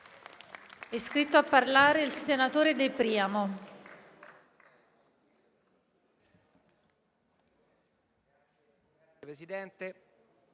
È iscritto a parlare il senatore De Priamo.